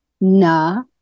Na